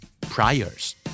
priors